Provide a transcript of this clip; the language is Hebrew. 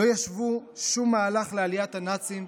לא ישוו שום מהלך לעליית הנאצים,